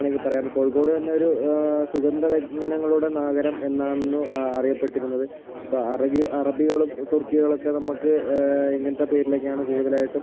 വേണമെങ്കിൽ പറയാം കോഴിക്കോട് തന്നെ ഒരു സുഗന്ധ വ്യഞ്ജനങ്ങളുടെ നഗരം എന്നാണ് അറിയപ്പെട്ടിരുന്നത് ഇപ്പം അറഗി അറബികൾ തുർക്കികൾ ഒക്കെ നമുക്ക് ഇങ്ങനത്തെ പേരിലൊക്കെയാണ് കൂടുതലായിട്ടും